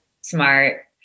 smart